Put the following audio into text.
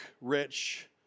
rich